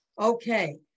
Okay